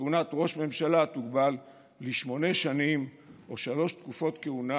ושכהונת ראש ממשלה תוגבל לשמונה שנים או שלוש תקופות כהונה,